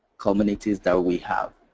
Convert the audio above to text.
communities that we have.